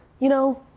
you know,